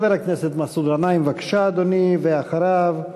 חבר הכנסת מסעוד גנאים, בבקשה, אדוני, ואחריו,